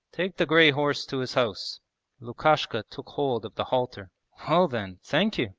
take the grey horse to his house lukashka took hold of the halter. well then, thank you!